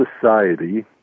society